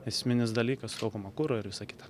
esminis dalykas sutaupoma kuro ir visa kita